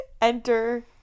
Enter